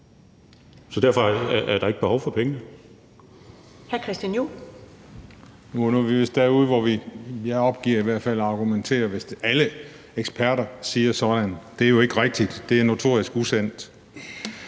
Så derfor er der ikke behov for pengene.